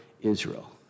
Israel